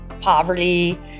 poverty